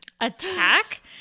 Attack